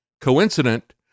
coincident